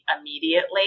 immediately